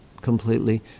completely